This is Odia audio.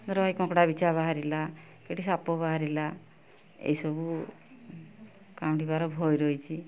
ଧର ଏଇ କଙ୍କଡ଼ା ବିଛା ବାହାରିଲା କି ଏଇଠି ସାପ ବାହାରିଲା ଏଇସବୁ କାମୁଡ଼ିବାର ଭୟ ରହିଛି